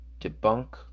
debunk